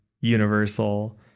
universal